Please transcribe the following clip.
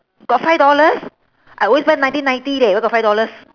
got five dollars I always buy nineteen ninety leh where got five dollars